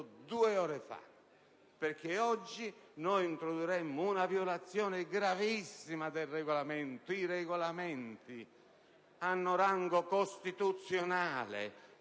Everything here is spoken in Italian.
due ore prima. Oggi, infatti, introdurremmo una violazione gravissima del Regolamento. I Regolamenti hanno rango costituzionale: